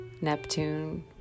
Neptune